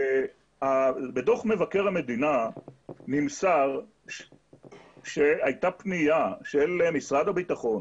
בדוח מבקר המדינה נמסר שהייתה פנייה של משרד הביטחון